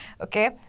okay